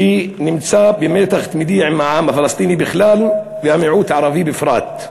שנמצא במתח תמידי עם העם הפלסטיני בכלל ועם המיעוט הערבי בפרט.